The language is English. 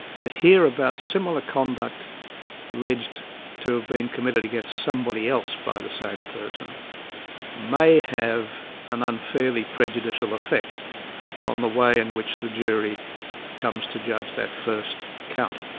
to hear about similar conduct alleged to have been committed against somebody else by the same person may have an unfairly prejudicial effect on the way in which the jury comes to judge that first count.